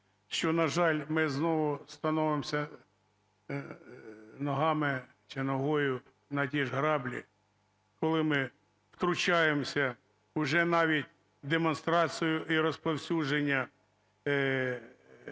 що, на жаль, ми знову становимося ногами чи ногою на ті ж граблі, коли ми втручаємося уже навіть в демонстрацію і розповсюдження